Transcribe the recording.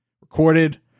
recorded